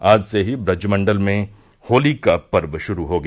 आज ही से व्रजमण्डल में होली का पर्व शुरू हो गया